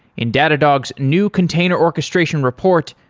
in datadog's new container orchestration report,